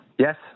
Yes